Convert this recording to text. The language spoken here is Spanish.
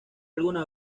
alguna